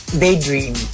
daydream